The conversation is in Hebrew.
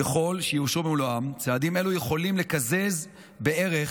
ככל שיאושרו במלואם, צעדים אלו יכולים לקזז בערך